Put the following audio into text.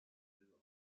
silber